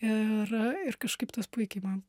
ir ir kažkaip tas puikiai man